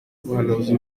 ubuhanuzi